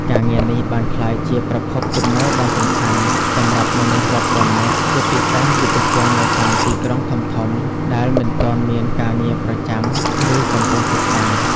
ការងារនេះបានក្លាយជា ប្រភពចំណូលដ៏សំខាន់ សម្រាប់មនុស្សរាប់ពាន់នាក់ ជាពិសេសយុវជននៅតាមទីក្រុងធំៗ ដែលមិនទាន់មានការងារប្រចាំ ឬកំពុងសិក្សា។